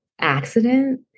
accident